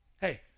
Hey